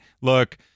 look